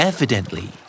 Evidently